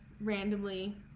randomly